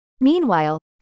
Meanwhile